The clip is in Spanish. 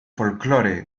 folclore